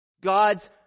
God's